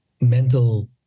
mental